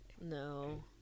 No